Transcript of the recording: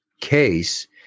case